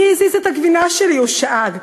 "מי הזיז את הגבינה שלי?", הוא שאג.